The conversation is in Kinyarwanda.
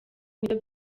nibyo